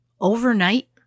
Overnight